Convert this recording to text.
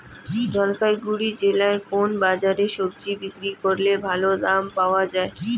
জলপাইগুড়ি জেলায় কোন বাজারে সবজি বিক্রি করলে ভালো দাম পাওয়া যায়?